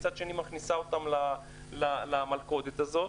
מצד שני מכניסה אותם למלכודת הזאת.